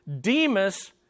Demas